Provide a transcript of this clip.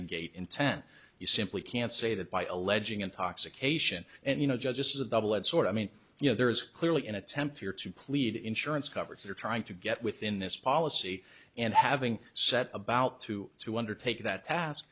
negate intent you simply can't say that by alleging intoxication and you know just as a double edged sword i mean you know there is clearly an attempt here to plead insurance coverage that are trying to get within this policy and having set about through to undertake that task